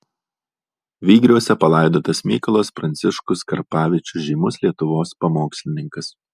vygriuose palaidotas mykolas pranciškus karpavičius žymus lietuvos pamokslininkas